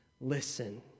Listen